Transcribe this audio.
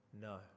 no